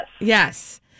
Yes